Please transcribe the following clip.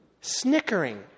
snickering